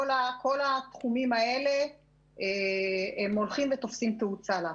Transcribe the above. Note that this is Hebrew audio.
כל התחומים האלה הולכים ותופסים תאוצה לאחרונה.